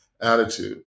attitude